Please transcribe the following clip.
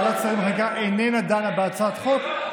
ברגע שוועדת שרים לחקיקה איננה דנה בהצעת חוק,